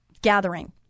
gathering